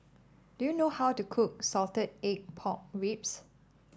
do you know how to cook Salted Egg Pork Ribs